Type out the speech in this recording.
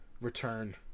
return